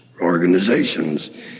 organizations